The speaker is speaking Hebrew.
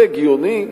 זה הגיוני?